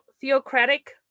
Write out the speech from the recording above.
theocratic